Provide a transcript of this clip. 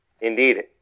Indeed